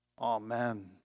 Amen